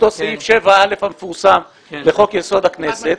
אותו סעיף 7(א) המפורסם לחוק יסוד: הכנסת,